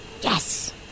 Yes